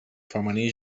femení